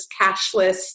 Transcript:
cashless